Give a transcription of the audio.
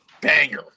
banger